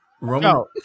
Roman